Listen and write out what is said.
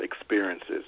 experiences